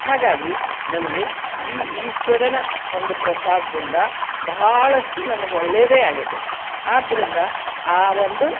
ಹಾಗಾಗಿ ನನಗೆ ಈ ಈಶ್ವರನ ಒಂದು ಪ್ರಸಾದದಿಂದ ಬಹಳಷ್ಟು ನನ್ಗೆ ಒಳ್ಳೆಯದೇ ಆಗಿದೆ ಆದ್ದರಿಂದ ಆ ಒಂದು